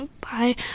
bye